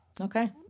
Okay